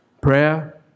Prayer